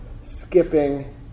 skipping